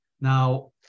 Now